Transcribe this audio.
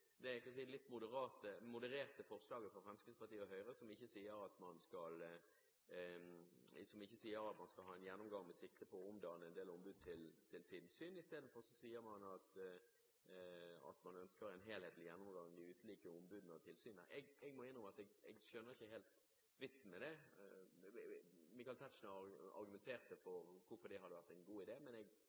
litt modererte forslaget fra Fremskrittspartiet og Høyre, som ikke går ut på at man skal ha en gjennomgang med sikte på å omdanne en del ombud til tilsyn. Isteden sier man at man ønsker en helhetlig gjennomgang av de ulike ombudene og tilsynene. Jeg må innrømme at jeg ikke helt skjønner vitsen med det. Michael Tetzschner argumenterte for hvorfor det er en god idé, men jeg